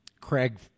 Craig